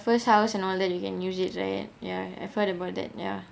first house and all that you can use it right yeah I've heard about that ya